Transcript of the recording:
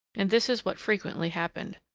and this is what frequently happened.